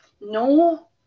no